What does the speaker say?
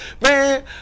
Man